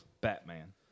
Batman